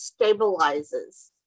stabilizes